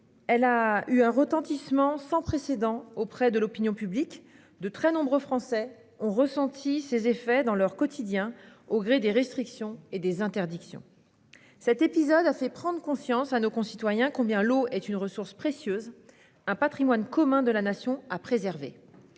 Elle a eu un retentissement sans précédent auprès de l'opinion publique. De très nombreux Français ont ressenti ses effets dans leur quotidien, au gré des restrictions et des interdictions. Cet épisode a fait prendre conscience à nos concitoyens à quel point l'eau était une ressource précieuse et un patrimoine commun de la Nation à préserver.